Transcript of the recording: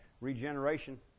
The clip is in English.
regeneration